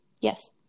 Yes